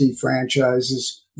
franchises